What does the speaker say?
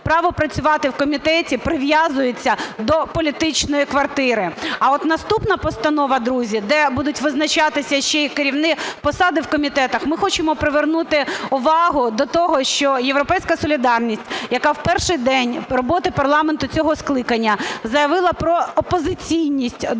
право працювати в комітеті прив'язується до політичної квартири. А от наступна постанова, друзі, де будуть визначатися ще і керівні посади в комітетах, ми хочемо привернути увагу до того, що "Європейська солідарність", яка в перший день роботи парламенту цього скликання заявила про опозиційність до влади